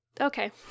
okay